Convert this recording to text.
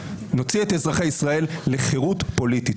נוציא את אזרחי ישראל לחירות פוליטית.